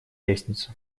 лестнице